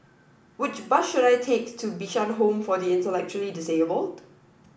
which bus should I take to Bishan Home for the Intellectually Disabled